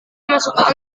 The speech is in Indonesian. masuk